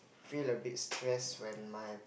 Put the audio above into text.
feel a bit stress when my